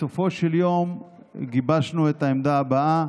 בסופו של יום גיבשנו את העמדה הבאה: